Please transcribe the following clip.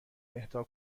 اهدا